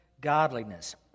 godliness